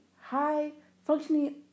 high-functioning